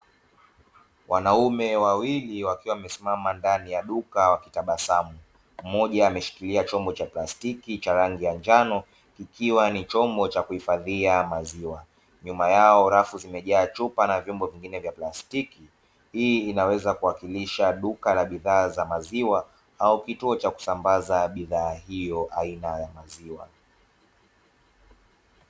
Wanaume wawili wakiwa wamesimama ndani ya duka wakitabasamu, mmoja ameshikilia chombo cha plastiki cha rangi ya njano ikiwa ni chombo cha kuhifadhia maziwa. Nyuma yao rafu zimejaa chupa na vyombo vingine vya plastiki, hii inaweza kuwakilisha duka la bidhaa za maziwa au kituo cha kusambaza bidhaa hiyo aina ya maziwa.